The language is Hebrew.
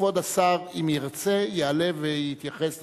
כבוד השר, אם ירצה, יעלה ויתייחס לדברים.